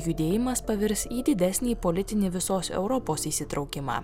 judėjimas pavirs į didesnį politinį visos europos įsitraukimą